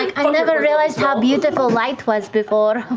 like, i never realized how beautiful light was before.